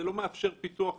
זה לא מאפשר פיתוח